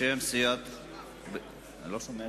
בשם סיעות הליכוד, ישראל ביתנו,